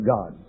God